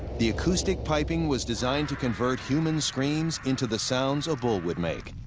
the acoustic piping was designed to convert humans screams into the sounds a bull would make,